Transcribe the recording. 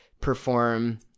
perform